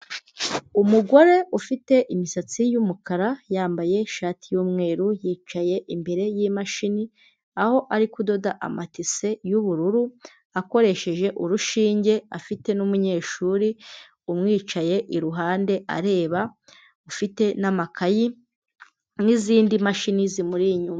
Umugore ufite imisatsi y'umukara yambaye ishati y'umweru yicaye imbere y'imashini, aho ari kudoda amatise y'ubururu akoresheje urushinge afite n'umunyeshuri umwicaye iruhande areba, ufite n'amakayi n'izindi mashini zimuri inyuma.